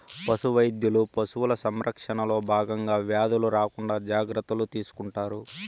పశు వైద్యులు పశువుల సంరక్షణలో భాగంగా వ్యాధులు రాకుండా జాగ్రత్తలు తీసుకుంటారు